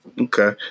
Okay